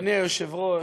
אדוני היושב-ראש,